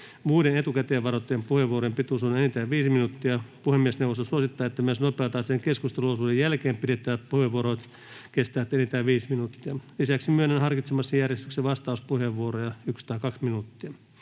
Muiden etukäteen varattujen puheenvuorojen pituus on enintään 5 minuuttia. Puhemiesneuvosto suosittaa, että myös nopeatahtisen keskusteluosuuden jälkeen pidettävät puheenvuorot kestävät enintään 5 minuuttia. Lisäksi myönnän harkitsemassani järjestyksessä vastauspuheenvuoroja, 1 tai 2 minuuttia.